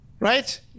Right